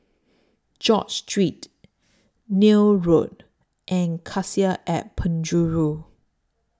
George Street Neil Road and Cassia At Penjuru